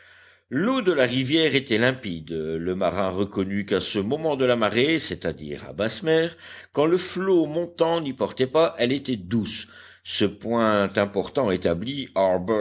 l'eau de la rivière était limpide le marin reconnut qu'à ce moment de la marée c'est-à-dire à basse mer quand le flot montant n'y portait pas elle était douce ce point important établi